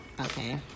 Okay